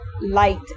Light